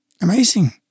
amazing